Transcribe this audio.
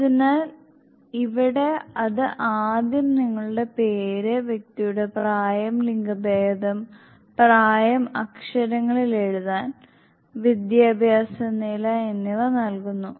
അതിനാൽ ഇവിടെ അത് ആദ്യം നിങ്ങളുടെ പേര് വ്യക്തിയുടെ പ്രായം ലിംഗഭേദം പ്രായം അക്ഷരങ്ങളിൽ എഴുതാൻ വിദ്യാഭ്യാസ നില എന്നിവ നൽകുന്നു